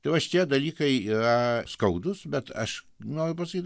tai va šitie dalykai yra skaudūs bet aš noriu pasakyt